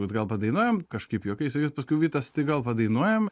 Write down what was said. bet gal padainuojam kažkaip juokais ir jis paskui vytas tai gal padainuojam